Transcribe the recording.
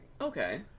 Okay